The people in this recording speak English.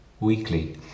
weekly